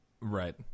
right